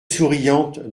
souriante